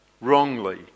Wrongly